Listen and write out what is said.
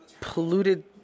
polluted